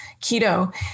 keto